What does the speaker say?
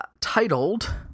Titled